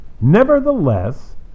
Nevertheless